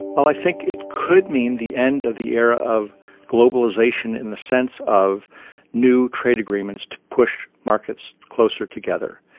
well, i think it could mean the end of the era of globalisation in the sense of new trade agreements to push markets closer together.